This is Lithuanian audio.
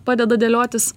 padeda dėliotis